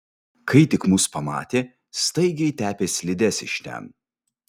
kai tik mus pamatė staigiai tepė slides iš ten